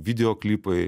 video klipai